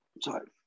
sorry